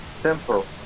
simple